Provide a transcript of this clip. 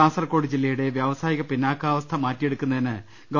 കാസർകോട് ജില്ലയുടെ വ്യാവസായിക പിന്നാക്കാവസ്ഥ മാറ്റി യെടുക്കുന്നതിന് ഗവ